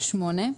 שמונה,